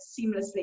seamlessly